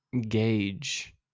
gauge